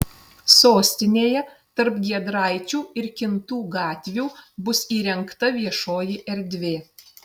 sostinėje tarp giedraičių ir kintų gatvių bus įrengta viešoji erdvė